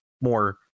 more